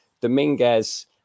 Dominguez